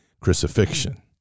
crucifixion